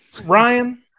Ryan